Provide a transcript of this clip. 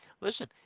Listen